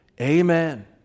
Amen